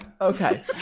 Okay